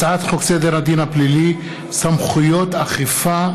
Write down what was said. הצעת חוק סדר הדין הפלילי (סמכויות אכיפה,